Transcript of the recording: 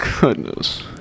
goodness